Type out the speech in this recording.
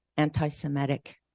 anti-Semitic